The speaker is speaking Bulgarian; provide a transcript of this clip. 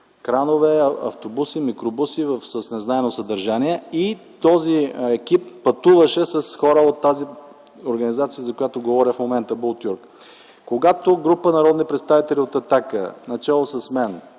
кранове, автобуси, микробуси с незнайно съдържание. Този екип пътуваше с хора от тази организация, за която говоря в момента – „Бултюрк”. Когато група народни представители от „Атака”, начело с мен,